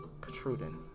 protruding